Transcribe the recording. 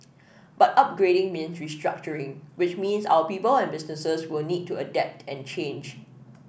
but upgrading means restructuring which means our people and businesses will need to adapt and change